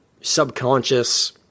subconscious